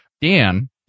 Dan